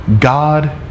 God